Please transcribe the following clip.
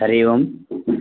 हरिः ओम्